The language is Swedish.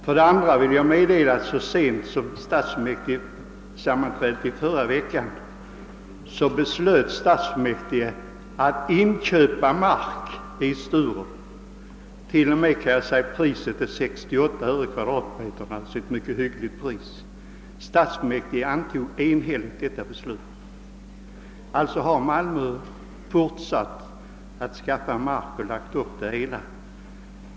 För det andra vill jag meddela att så sent som vid ett sammanträde med stadsfullmäktige i Malmö i förra veckan beslöt dessa att inköpa mark vid Sturup — jag kan t.o.m. nämna att priset är 68 öre per kvadratmeter, alltså ett mycket hyggligt pris. Stadsfullmäktige fattade enhälligt detta beslut. Malmö har alltså fortsatt att skaffa mark och planera det hela.